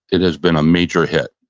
it has been a major hit.